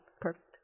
perfect